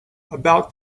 about